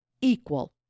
equal